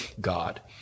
God